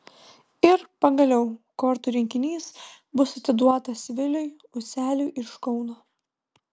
ir pagaliau kortų rinkinys bus atiduotas viliui useliui iš kauno